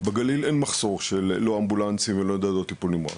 בגליל אין מחסור של לא אמבולנסים ולא ניידות טיפול נמרץ,